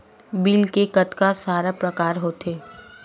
Bill के कतका सारा प्रकार होथे?